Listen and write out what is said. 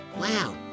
Wow